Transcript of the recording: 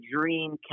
dream